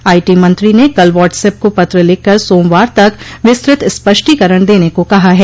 IT मंत्री ने कल व्हाट्स एप को पत्र लिखकर सोमवार तक विस्तृत स्पष्टीकरण देने को कहा है